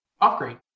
upgrade